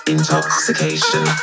Intoxication